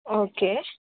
okay